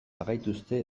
bagaituzte